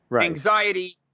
anxiety